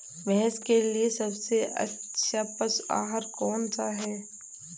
भैंस के लिए सबसे अच्छा पशु आहार कौन सा है?